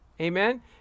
Amen